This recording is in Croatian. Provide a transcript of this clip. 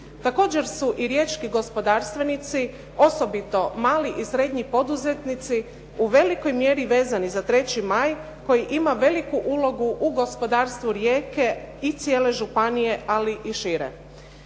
Također su i riječki gospodarstvenici, osobito mali i srednji poduzetnici u velikoj mjeri vezani za "3. maj" koji ima veliku ulogu u gospodarstvu Rijeke i cijele županije, ali i šire.